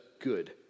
good